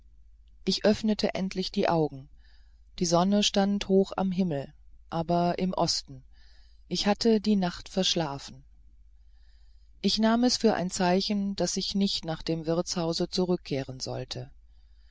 ich öffnete endlich die augen die sonne stand noch am himmel aber im osten ich hatte die nacht verschlafen ich nahm es für ein zeichen daß ich nicht nach dem wirtshause zurückkehren sollte